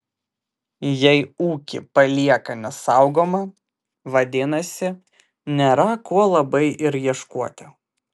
jei ūkį palieka nesaugomą vadinasi nėra ko labai ir ieškoti